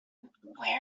where